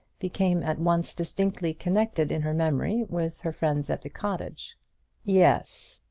became at once distinctly connected in her memory with her friends at the cottage yes,